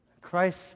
Christ